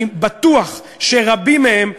אני בטוח שרבים מהם,